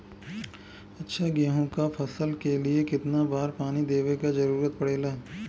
अच्छा गेहूँ क फसल के लिए कितना बार पानी देवे क जरूरत पड़ेला?